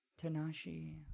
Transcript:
Tanashi